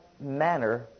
manner